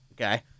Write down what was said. okay